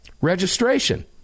Registration